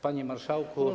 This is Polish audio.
Panie Marszałku!